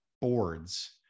boards